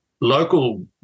local